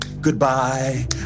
goodbye